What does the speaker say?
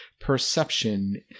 perception